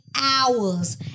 hours